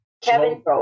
Kevin